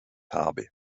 habe